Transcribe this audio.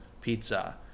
pizza